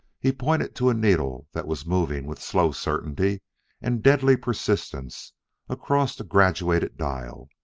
he pointed to a needle that was moving with slow certainty and deadly persistence across a graduated dial.